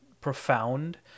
profound